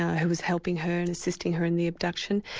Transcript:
who was helping her, and assisting her in the abduction,